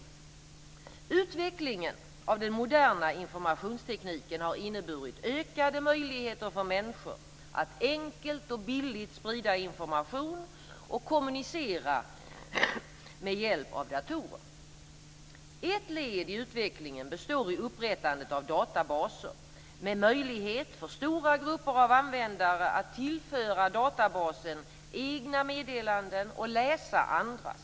Utvecklingen av den moderna informationstekniken har inneburit ökade möjligheter för människor att enkelt och billigt sprida information och kommunicera med hjälp av datorer. Ett led i utvecklingen består i upprättandet av databaser, med möjlighet för stora grupper av användare att tillföra databasen egna meddelanden och läsa andras.